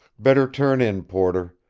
better turn in, porter.